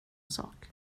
sak